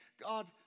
God